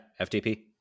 FTP